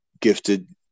gifted